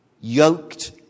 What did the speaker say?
Yoked